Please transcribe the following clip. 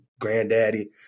granddaddy